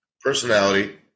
personality